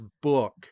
book